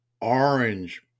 orange